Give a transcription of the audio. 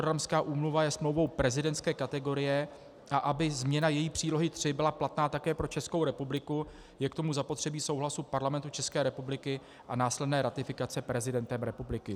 Rotterdamská úmluva je smlouvou prezidentské kategorie, a aby změna její Přílohy III byla platná také pro Českou republiku, je k tomu zapotřebí souhlasu Parlamentu České republiky a následné ratifikace prezidentem republiky.